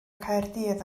caerdydd